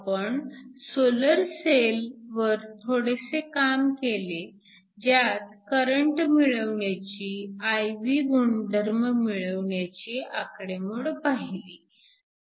आपण solar cell वर थोडेसे काम केले ज्यात करंट मिळविण्याची IV गुणधर्म मिळविण्याची आकडेमोड पाहिली